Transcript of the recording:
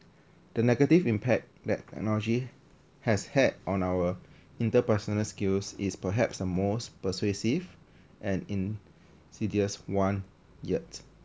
the negative impact that technology has had on our interpersonal skills is perhaps the most persuasive and insidious one yet